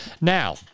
Now